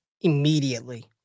immediately